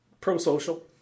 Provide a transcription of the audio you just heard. pro-social